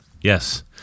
Yes